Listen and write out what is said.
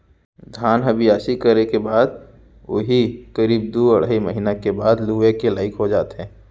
धान ह बियासी करे के बाद उही करीब दू अढ़ाई महिना के बाद लुए के लाइक हो जाथे